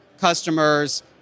customers